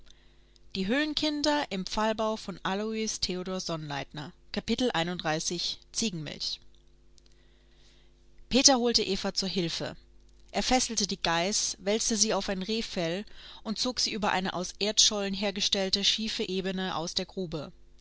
eva ziegenmilch peter holte eva zu hilfe er fesselte die geiß wälzte sie auf ein rehfell und zog sie über eine aus erdschollen hergestellte schiefe ebene aus der grube